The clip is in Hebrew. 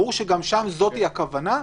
ברור שגם שם זאת הכוונה.